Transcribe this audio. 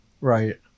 Right